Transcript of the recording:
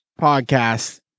podcast